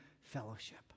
fellowship